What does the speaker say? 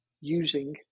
using